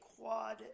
quad